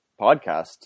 podcast